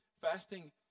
Fasting